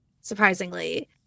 surprisingly